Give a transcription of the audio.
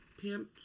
pimp